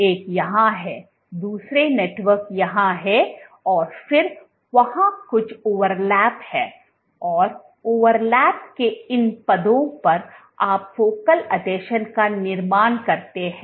एक यहाँ है दूसरा नेटवर्क यहाँ है और फिर वहाँ कुछ ओवरलैप है और ओवरलैप के इन पदों पर आप फोकल आसंजनों का निर्माण करते हैं